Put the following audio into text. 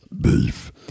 Beef